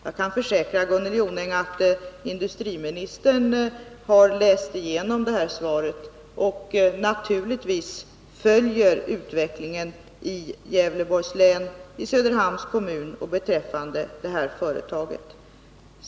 Jag kan försäkra Gunnel Jonäng att industriministern har läst igenom svaret och naturligtvis följer utvecklingen i Gävleborgs län, i Söderhamns kommun och beträffande det här företaget.